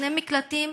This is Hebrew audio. שני מקלטים